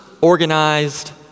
organized